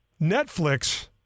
Netflix